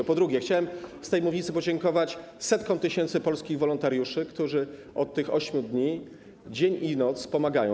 A po drugie, chciałem z tej mównicy podziękować setkom tysięcy polskich wolontariuszy, którzy od tych 8 dni dzień i noc pomagają.